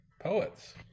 poets